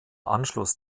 anschluss